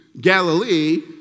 Galilee